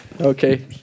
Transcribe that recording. Okay